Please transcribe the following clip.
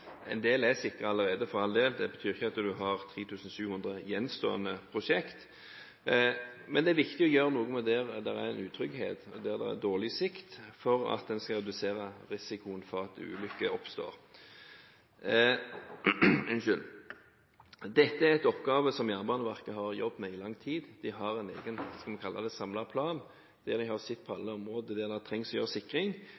allerede, for all del – det betyr ikke at man har 3 700 gjenstående prosjekter. Men det er viktig å gjøre noe med det der det er en utrygghet, der det er dårlig sikt, for å redusere risikoen for at ulykker oppstår. Dette er en oppgave som Jernbaneverket har jobbet med i lang tid. De har en egen, skal vi kalle det, samlet plan, der de har sett på